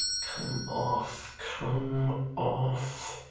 come off, come off